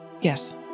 Yes